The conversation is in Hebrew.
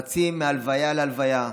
רצים מהלוויה להלוויה,